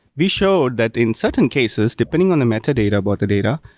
we showed that in certain cases, depending on the metadata about the data,